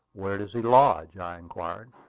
where does he lodge? i inquired.